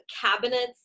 cabinets